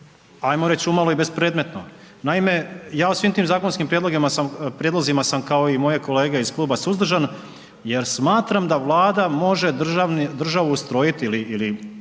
ajmo reći, umalo i bespredmetno. Naime, ja u svim tim zakonskim prijedlozima sam kao i moje kolege iz kluba suzdržan, jer smatram da vlada može državu ustrojiti ili